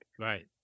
Right